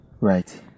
Right